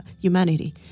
humanity